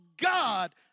God